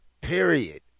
Period